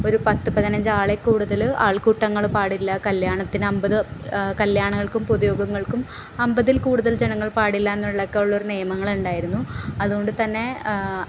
ഒരു പത്തു പതിനഞ്ച് ആളേ കൂടുതൽ ആൾക്കൂട്ടങ്ങൾ പാടില്ല കല്യാണത്തിന് അൻപത് കല്ല്യാങ്ങൾക്കും പൊതുയോഗങ്ങൾക്കും അൻപതിൽ കൂടുതൽ ജനങ്ങൾ പാടില്ലയെന്നുള്ളയൊക്കെയൊരു നിയമങ്ങളുണ്ടായിരുന്നു അതു കൊണ്ടു തന്നെ